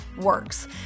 works